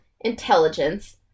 intelligence